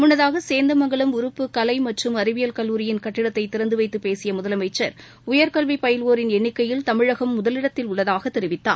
முன்னதாக சேந்தமங்கலம் உறுப்பு கலை மற்றும் அறிவியல் கல்லூரியின் கட்டிடத்தை திறந்து வைத்து பேசிய முதலனமச்சர் உயர்கல்வி பயில்வோரின் எண்ணிக்கையில் தமிழகம் முதலிடத்தில் உள்ளதாகத் தெரிவித்தார்